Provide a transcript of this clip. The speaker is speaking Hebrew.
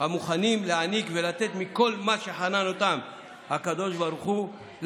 המוכנים להעניק ולתת לילדים מכל מה שחנן אותם בו הקדוש ברוך הוא,